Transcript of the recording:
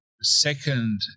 second